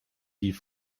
die